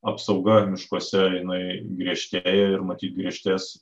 apsauga miškuose jinai griežtėjo ir matyt griežtės